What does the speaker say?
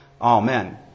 Amen